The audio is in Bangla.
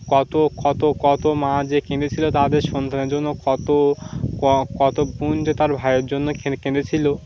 কতো কত কত মা যে কেঁদেছিল তাদের সন্তানের জন্য কত কত বোন যে তার ভাইয়ের জন্য কেঁদেছিল